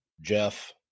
Jeff